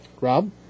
Rob